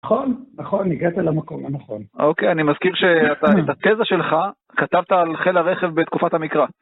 נכון, נכון, הגעת למקום, נכון. אוקיי, אני מזכיר שאתה, את התזה שלך, כתבת על חיל הרכב בתקופת המקרא.